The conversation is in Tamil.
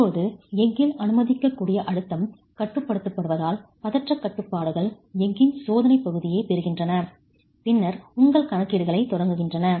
இப்போது எஃகில் அனுமதிக்கக்கூடிய அழுத்தம் கட்டுப்படுத்தப்படுவதால் பதற்றக் கட்டுப்பாடுகள் எஃகின் சோதனைப் பகுதியைப் பெறுகின்றன பின்னர் உங்கள் கணக்கீடுகளைத் தொடங்குகின்றன